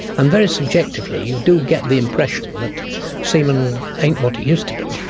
and very subjectively you do get the impression that semen ain't what it used to be.